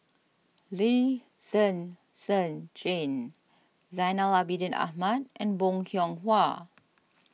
Lee Zhen Zhen Jane Zainal Abidin Ahmad and Bong Hiong Hwa